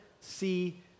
see